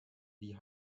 wie